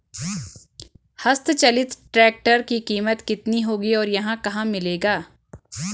हस्त चलित ट्रैक्टर की कीमत कितनी होगी और यह कहाँ मिलेगा?